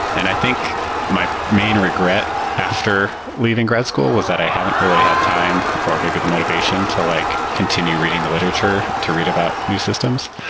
and i think my main regret after leaving grad school was that i haven't really had time or maybe the motivation to like continue reading the literature to read about new systems.